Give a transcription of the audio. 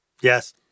Yes